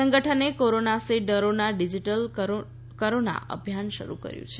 સંગઠને કોરોના સે ડરોના ડિજીટલ કરોના અભિયાન શરૂ કર્યું છે